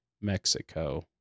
Mexico